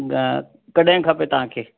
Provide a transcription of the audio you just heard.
कॾहिं खपे तव्हांखे